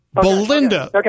Belinda